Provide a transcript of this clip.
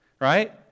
right